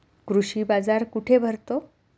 कृषी बाजार कुठे भरतो?